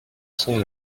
sont